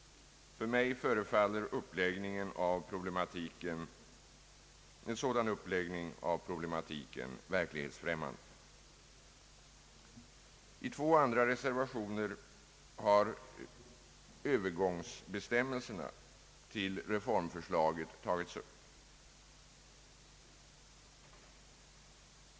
För mig förefaller en sådan uppläggning av problematiken verklighetsfrämmande. I två andra reservationer har övergångsbestämmelserna till reformförslaget tagits upp.